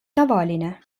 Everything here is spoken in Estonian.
tavaline